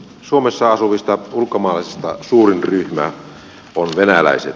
suomessa asuvista ulkomaalaisista suurin ryhmä ovat venäläiset